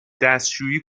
دستشویی